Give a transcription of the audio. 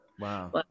Wow